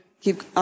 keep